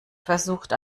versucht